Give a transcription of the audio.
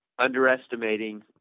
underestimating